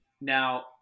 Now